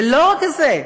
ולא רק זה,